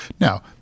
Now